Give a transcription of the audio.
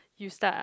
you start